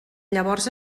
llavors